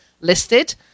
listed